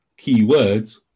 keywords